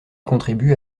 contribue